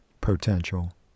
Potential